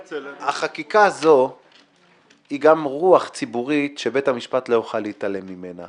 החקיקה הזאת היא גם רוח ציבורית שבית המשפט לא יוכל להתעלם ממנה